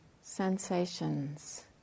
sensations